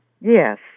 Yes